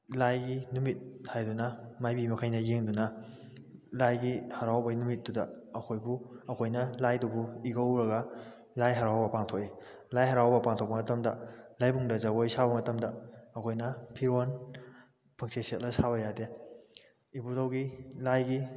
ꯂꯥꯏꯒꯤ ꯅꯨꯃꯤꯠ ꯍꯥꯏꯗꯨꯅ ꯃꯥꯏꯕꯤ ꯃꯈꯩꯅ ꯌꯦꯡꯗꯨꯅ ꯂꯥꯏꯒꯤ ꯍꯔꯥꯎꯕꯒꯤ ꯅꯨꯃꯤꯠꯇꯨꯗ ꯑꯩꯈꯣꯏꯕꯨ ꯑꯩꯈꯣꯏꯅ ꯂꯥꯏꯗꯨꯕꯨ ꯏꯀꯧꯔꯒ ꯂꯥꯏ ꯍꯔꯥꯎꯕ ꯄꯥꯡꯊꯣꯛꯏ ꯂꯥꯏ ꯍꯔꯥꯎꯕ ꯄꯥꯡꯊꯣꯛꯄ ꯃꯇꯝꯗ ꯂꯥꯏꯕꯨꯡꯗ ꯖꯒꯣꯏ ꯁꯥꯕ ꯃꯇꯝꯗ ꯑꯩꯈꯣꯏꯅ ꯐꯤꯔꯣꯜ ꯄꯪꯁꯦꯠ ꯁꯦꯠꯂꯒ ꯁꯥꯕ ꯌꯥꯗꯦ ꯏꯕꯨꯙꯧꯒꯤ ꯂꯥꯏꯒꯤ